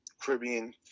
Caribbean